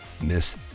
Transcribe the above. Miss